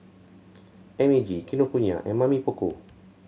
M A G Kinokuniya and Mamy Poko